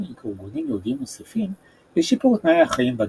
ארגונים יהודיים נוספים לשיפור תנאי החיים בגטו,